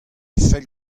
fell